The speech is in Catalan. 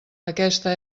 aquesta